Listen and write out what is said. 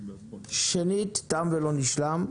שנית, תם ולא נשלם.